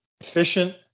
efficient